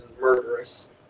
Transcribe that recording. murderous